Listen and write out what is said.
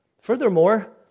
Furthermore